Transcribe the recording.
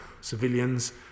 civilians